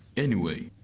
anyway,